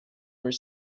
where